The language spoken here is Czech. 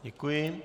Děkuji.